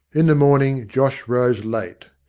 in the morning josh rose late.